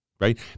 Right